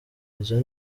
izo